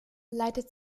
leitet